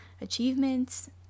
achievements